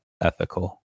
ethical